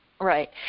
right